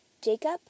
Jacob